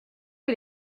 que